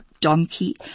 donkey